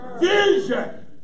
Vision